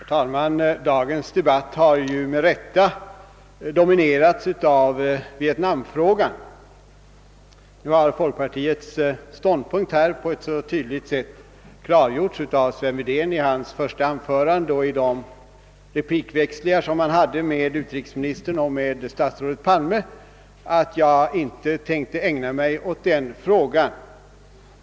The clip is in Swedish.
Herr talman! Dagens debatt har naturligt nog dominerats av vietnamfrågan. Folkpartiets ståndpunkt i denna fråga har på ett så tydligt sätt klargjorts av herr Wedén i hans första anförande och i de replikväxlingar han hade med utrikesministern och statsrådet Palme, att jag inte behöver ägna mig åt den frågan.